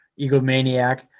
egomaniac